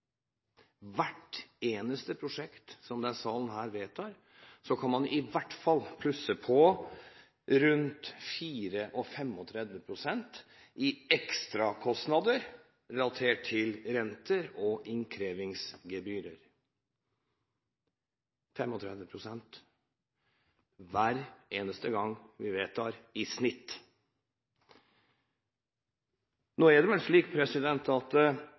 hvert eneste prosjekt som denne salen vedtar, kan man i hvert fall plusse på rundt 34–35 pst. i ekstrakostnader relatert til renter og innkrevingsgebyrer – 35 pst. i snitt hver eneste gang vi vedtar. Det er vel slik at